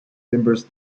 timbers